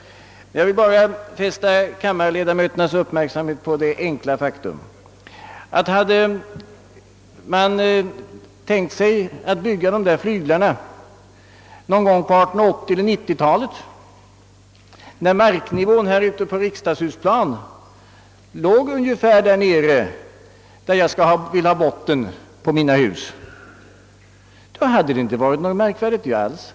Men jag vill fästa kammarledamöternas uppmärksamhet på att om man någon gång på 1880 eller 1890 talen, när marknivån på riksdagshusplanen låg ungefär där jag vill ha botten på mina hus, hade byggt de flyglar vi vill bygga, så hade det inte på något sätt ansetts märkvärdigt.